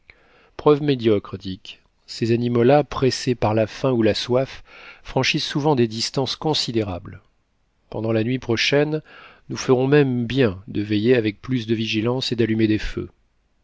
preuve médiocre dick ces animaux-là pressés par la faim ou la soif franchissent souvent des distances considérables pendant la nuit prochaine nous ferons même bien de veiller avec plus de vigilance et d'allumer des feux